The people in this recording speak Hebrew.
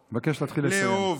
לאהוב.